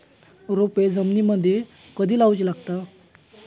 रोपे जमिनीमदि कधी लाऊची लागता?